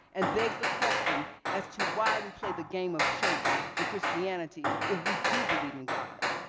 and begs the question as to why we play the game of church and christianity if we do believe in god.